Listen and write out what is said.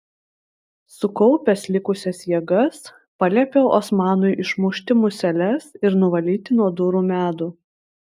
sukaupęs likusias jėgas paliepiau osmanui išmušti museles ir nuvalyti nuo durų medų